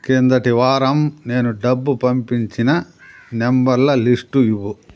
క్రిందటి వారం నేను డబ్బు పంపించిన నెంబర్ల లిస్టు ఇవ్వు